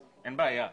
אז אין בעיה.